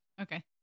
Okay